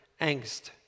angst